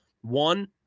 One